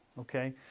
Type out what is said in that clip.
okay